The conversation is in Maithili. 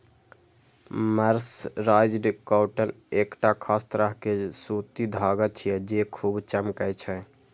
मर्सराइज्ड कॉटन एकटा खास तरह के सूती धागा छियै, जे खूब चमकै छै